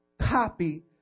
copy